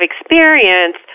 experience